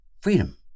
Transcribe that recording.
freedom